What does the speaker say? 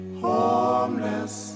homeless